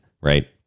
right